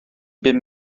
bum